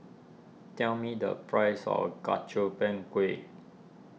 tell me the price of Gobchang Gui